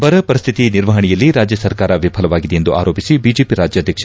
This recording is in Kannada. ಬರ ಪರಿಸ್ತಿತಿ ನಿರ್ವಹಣೆಯಲ್ಲಿ ರಾಜ್ಯ ಸರ್ಕಾರ ವಿಫಲವಾಗಿದೆ ಎಂದು ಆರೋಪಿಸಿ ಬಿಜೆಪಿ ರಾಜ್ಯಾಧ್ವಕ್ಷ